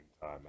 time